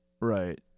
right